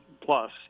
plus